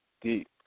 deep